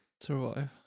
survive